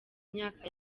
myaka